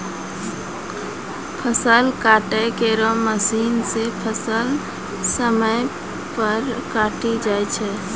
फसल काटै केरो मसीन सें फसल समय पर कटी जाय छै